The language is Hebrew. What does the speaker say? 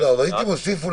עטיית מסכה,